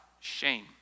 shame